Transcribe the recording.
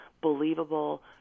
believable